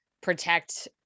protect